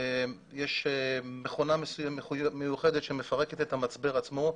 יש מכונה מיוחדת שמפרקת את המצבר עצמו,